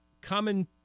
common